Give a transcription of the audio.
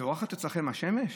זורחת אצלכם השמש?